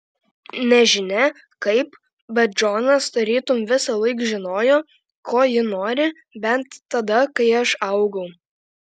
nežinia kaip bet džonas tarytum visąlaik žinojo ko ji nori bent tada kai aš augau